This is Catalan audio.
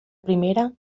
primera